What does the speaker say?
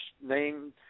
name